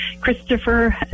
Christopher